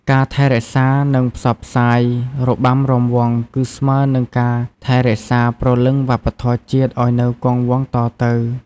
ការថែរក្សា និងផ្សព្វផ្សាយរបាំរាំវង់ គឺស្មើនឹងការថែរក្សាព្រលឹងវប្បធម៌ជាតិឲ្យនៅគង់វង្សតទៅ។